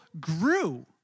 grew